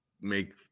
make